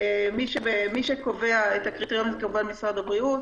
מי שקובע את הקריטריונים הוא כמובן משרד הבריאות